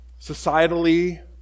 Societally